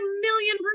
million